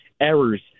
errors